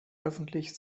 öffentlich